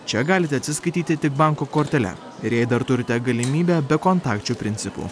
čia galite atsiskaityti tik banko kortele ir jei dar turite galimybę bekontakčiu principu